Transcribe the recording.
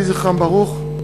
יהי זכרם ברוך.